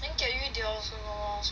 then theory they all also